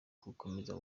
gukomeza